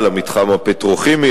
המתחם הפטרוכימי,